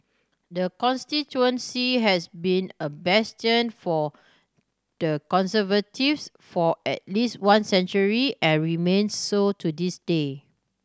the constituency has been a bastion for the Conservatives for at least one century and remains so to this day